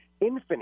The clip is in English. infinite